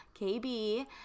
KB